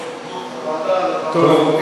טוב,